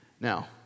Now